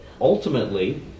ultimately